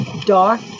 Dark